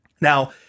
Now